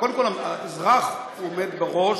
קודם כול, האזרח הוא עומד בראש,